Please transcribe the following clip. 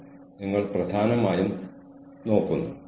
organisation ഇതിന് സൌകര്യമൊരുക്കുന്നു